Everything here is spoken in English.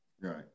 Right